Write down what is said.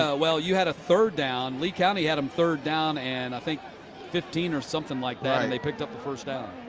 ah well, you had a third down lee county had them third down and fifteen or something like that and they picked up the first down.